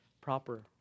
proper